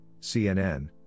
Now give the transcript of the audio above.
CNN